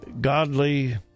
Godly